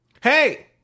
Hey